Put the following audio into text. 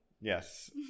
Yes